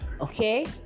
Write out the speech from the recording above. Okay